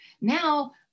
Now